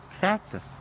cactus